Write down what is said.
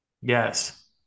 Yes